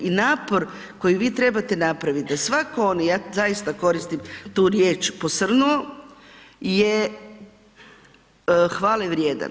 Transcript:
I napor koji vi trebate napraviti da svaki oni, ja zaista koristim tu riječ „posrnuo“ je hvalevrijedan.